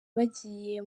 bagiye